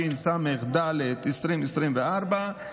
התשס"ד 2004,